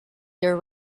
year